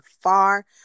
far